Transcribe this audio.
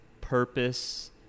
purpose